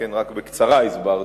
שכן רק בקצרה הסברתי,